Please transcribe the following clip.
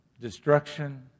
destruction